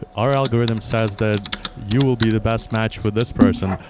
our algorithm says that you will be the best match with this person.